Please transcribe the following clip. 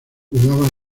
jugaba